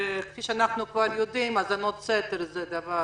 שכפי שאנחנו כבר יודעים האזנות סתר הן דבר